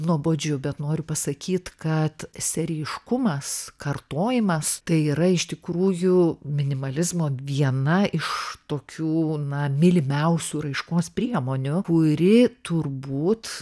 nuobodžiu bet noriu pasakyt kad serijiškumas kartojimas tai yra iš tikrųjų minimalizmo viena iš tokių na mylimiausių raiškos priemonių kuri turbūt